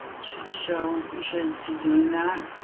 should show you. shouldn't be doing that.